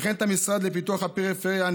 וכן המשרד לפיתוח הפריפריה,